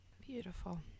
Beautiful